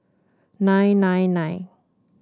nine nine nine